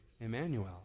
Emmanuel